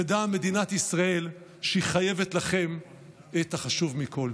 שתדע מדינת ישראל שהיא חייבת לכם את החשוב מכול.